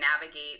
navigate